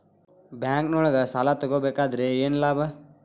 ಬ್ಯಾಂಕ್ನೊಳಗ್ ಸಾಲ ತಗೊಬೇಕಾದ್ರೆ ಏನ್ ಲಾಭ?